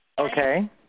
okay